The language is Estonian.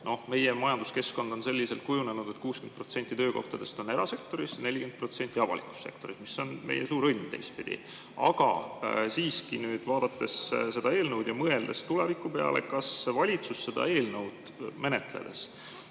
Noh, meie majanduskeskkond on selliselt kujunenud, et 60% töökohtadest on erasektoris ja 40% avalikus sektoris, mis on teistpidi meie suur õnn. Aga siiski, vaadates seda eelnõu ja mõeldes tuleviku peale: kas valitsus seda eelnõu menetledes